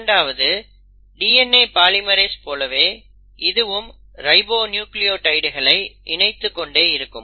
இரண்டாவது DNA polymerase போலவே இதுவும் ரைபோநியூக்ளியோடைடுகளை இணைத்துக்கொண்டே இருக்கும்